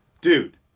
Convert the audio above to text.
dude